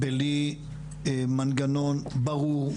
בלי מנגנון ברור,